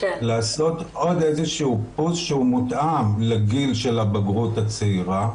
לעשות עוד איזשהו פוס שהוא מותאם לגיל של הבגרות הצעירה.